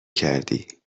کردی